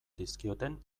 dizkioten